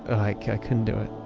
i couldn't do it.